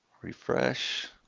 refresh,